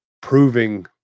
proving